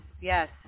Yes